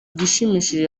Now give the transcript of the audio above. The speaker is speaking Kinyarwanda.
igishimishije